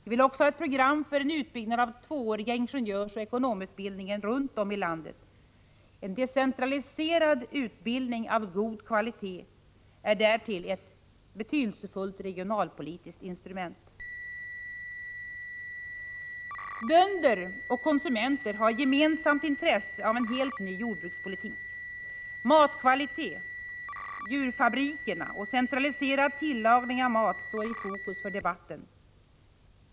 Vi vill också ha ett program för en utbyggnad av tvååriga ingenjörsoch ekonomutbildningar runt om i landet. En decentraliserad utbildning av god kvalitet är därtill ett betydelsefullt regionalpolitiskt instrument. Bönder och konsumenter har gemensamt intresse av en helt ny jordbrukspolitik. Matkvaliteten, djurfabrikerna och den centraliserade tillagningen av mat står alltmer i fokus för debatten.